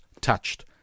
touched